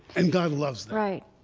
and god loves that right.